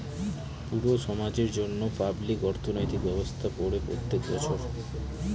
পুরো সমাজের জন্য পাবলিক অর্থনৈতিক ব্যবস্থা করে প্রত্যেক বছর